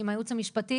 עם הייעוץ המשפטי.